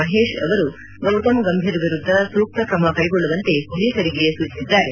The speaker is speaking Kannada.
ಮಹೇಶ್ ಅವರು ಗೌತಮ್ ಗಂಭೀರ್ ವಿರುದ್ದ ಸೂಕ್ತ ಕ್ರಮ ಕ್ಷೆಗೊಳ್ಳುವಂತೆ ಮೊಲೀಸರಿಗೆ ಸೂಚಿಸಿದ್ದಾರೆ